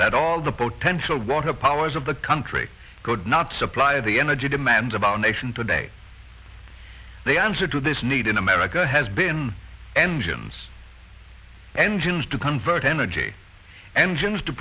that all the potential water powers of the country could not supply the energy demands about a nation today they answer to this need in america has been engines engines to convert energy engines to